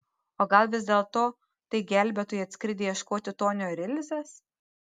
o gal vis dėlto tai gelbėtojai atskridę ieškoti tonio ir ilzės